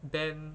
ban